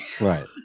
Right